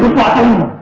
walking